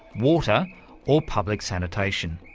water or public sanitation.